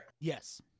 Yes